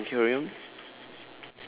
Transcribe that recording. okay you can carry on